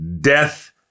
death